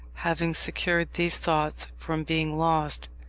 having secured these thoughts from being lost,